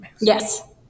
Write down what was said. Yes